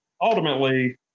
Ultimately